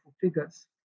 figures